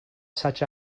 such